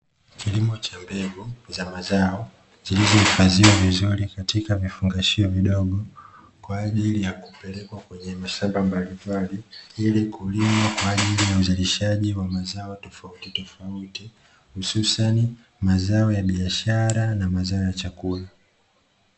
Kilimo cha mbegu za mazao zilizoifadhiwa vizuri katika vifungashio vidogo kwaajili ya kupelekwa kwenye mashamba mbalimbali ili kulima kwaajili ya uzalishaji wa mazao tofautitofauti hususani mazao ya biashara na mazao ya chakula